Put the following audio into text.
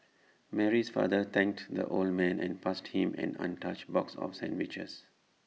Mary's father thanked the old man and passed him an untouched box of sandwiches